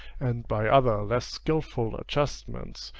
and by other less skilful adjustments,